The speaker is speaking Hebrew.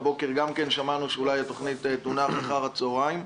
הבוקר גם כן שמענו שאולי התוכנית תונח אחר הצוהריים.